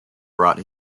brought